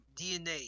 DNA